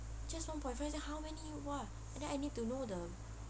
just one point five sia how many you !wah! and then I need to know the